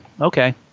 okay